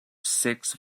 six